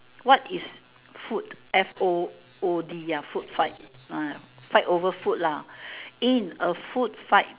what is food F O O D ya food fight uh fight over food lah in a food fight